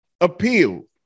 appeal